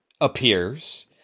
appears